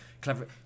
clever